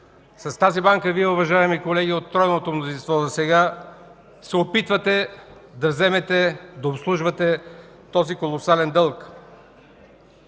с тази банка Вие, уважаеми колеги от тройното мнозинство засега, се опитвате да вземете, да обслужвате този колосален дълг!